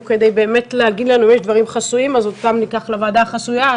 אם יש דברים חסויים ניקח אותם לוועדה החסויה.